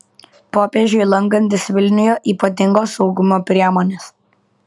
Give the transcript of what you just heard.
popiežiui lankantis vilniuje ypatingos saugumo priemonės